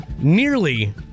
nearly